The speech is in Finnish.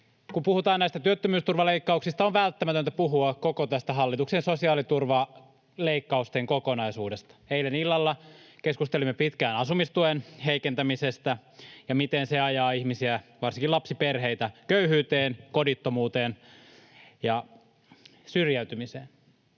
Kun puhutaan näistä työttömyysturvaleikkauksista, on välttämätöntä puhua koko tästä hallituksen sosiaaliturvaleikkausten kokonaisuudesta. Eilen illalla keskustelimme pitkään asumistuen heikentämisestä ja siitä, miten se ajaa ihmisiä, varsinkin lapsiperheitä, köyhyyteen, kodittomuuteen ja syrjäytymiseen.